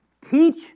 teach